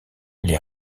les